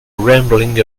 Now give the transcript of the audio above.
rambling